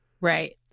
Right